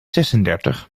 zesendertig